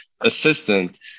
assistant